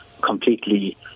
completely